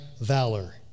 valor